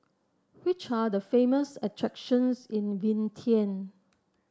which are the famous attractions in Vientiane